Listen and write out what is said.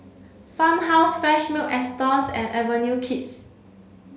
Farmhouse Fresh Milk Astons and Avenue Kids